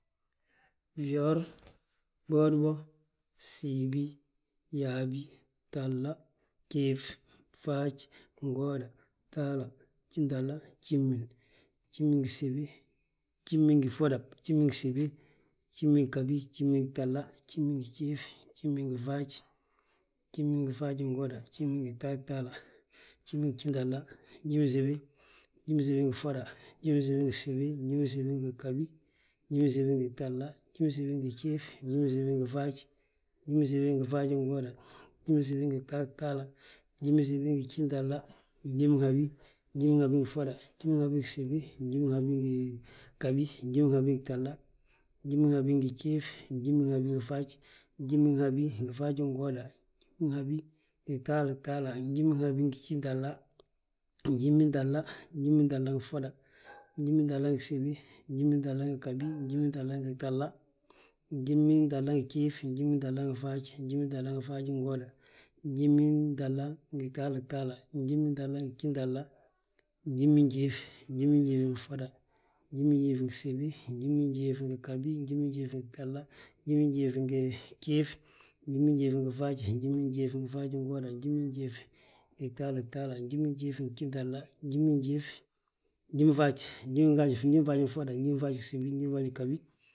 Fyoor, bwodibo, gsiibi, yaabi, gtahla, jiif, faaj, ngooda, gtahla, gjintahla, gjimin, gjimin ngi gsibi, gjimin ngi ffoda, njimin ngi gsibi, njimin ngi ghabi, njimin ngi gtahla, njimin ngi gjiif, njimin ngi faaji, njimin ngi faajingooda, njimin ngi gtahtaala, njimin ngi gjintahla, njiminsibi, njiminsibi ngi ffoda, njiminsibi ngi gsibi, njiminsibi ngi ghabi, njiminsibi ngi gtahla, njiminsibi ngi gjiif, njiminsibi ngi faaj, njiminsibi ngi faajingooda, njiminsibi ngi gtahtaala, njiminsibi ngi gjintahla, njiminhabi, njiminhabi ngi ffoda, njiminhabi ngi gsibi, njiminhabi ngi gtahla, njiminhabi ngi gjiif, njiminhabi ngi faaj, njiminhabi ngi faajingooda, njiminhabi ngi gtalataala, njiminhabi ngi gjintahla, njimintahla, njimintahla ngi ffoda, njimintahla ngi gsibi, njimintahla ngi ghabi, njimintahla ngi gtahla, njimintahla ngi gjiif, njimintahla ngi faaj, njimintahla ngi faajingooda, njimintahla ngi gjintahla, njimintahla ngi gtalataala, njimintahla ngi gjintahla, njiminjiif, njiminjiif ngi ffoda, njiminjiif ngi gsibi, njiminjiif ngi ghabi, njiminjiif ngi gtahla, njiminjiif ngi gjiif, njiminjiif ngi faaji, njiminjiif ngi faajingooda, njiminjiif ngi gtalataala, njiminjiif ngi gjintahla, njiminjiif, njiminfaaj njiminfaaj ngi ffoda, njiminfaaj ngi gsibi, njiminfaaj ngi ghabi, njiminfaaj ngi gtahla.